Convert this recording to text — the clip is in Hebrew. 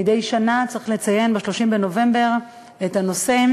מדי שנה צריך לציין ב-30 בנובמבר את הנושא.